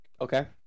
Okay